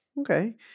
okay